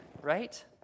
right